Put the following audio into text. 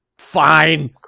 fine